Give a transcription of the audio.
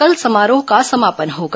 कल समारोह का समापन होगा